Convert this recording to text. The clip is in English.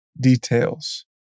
details